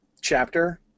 chapter